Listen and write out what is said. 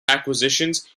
acquisitions